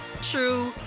true